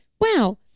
wow